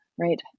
right